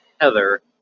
Heather